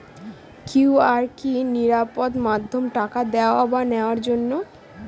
QR কি নিরাপদ মাধ্যম টাকা দেওয়া বা নেওয়ার জন্য?